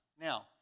Now